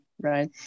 right